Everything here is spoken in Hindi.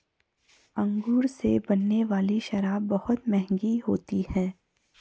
अंगूर से बनने वाली शराब बहुत मँहगी होती है